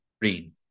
green